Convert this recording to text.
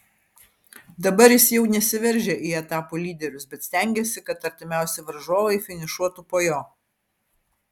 dabar jis jau nesiveržia į etapų lyderius bet stengiasi kad artimiausi varžovai finišuotų po jo